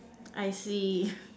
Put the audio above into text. I see